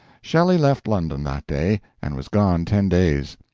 shelley left london that day, and was gone ten days.